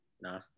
Nah